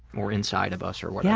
or inside of us or whatever.